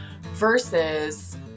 versus